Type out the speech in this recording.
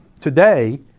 today